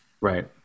Right